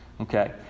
Okay